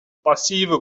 passive